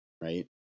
right